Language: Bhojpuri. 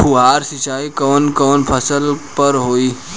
फुहार सिंचाई कवन कवन फ़सल पर होला?